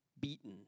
beaten